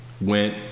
went